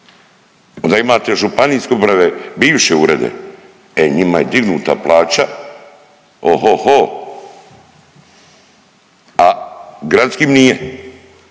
Onda imate županijske uprave, bivše urede. E njima je dignuta plaća oho ho, gradskim nije,